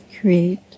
Create